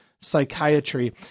Psychiatry